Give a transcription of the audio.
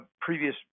previous